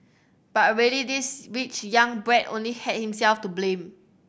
but really this rich young brat only had himself to blame